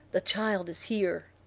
the child is here.